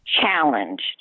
challenged